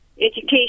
education